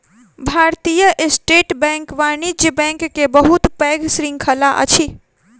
भारतीय state bank वाणिज्य bank के बहुत पैघ श्रृंखला अछि